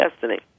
Destiny